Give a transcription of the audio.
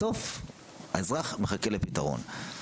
בסוף האזרח מחכה לפתרון.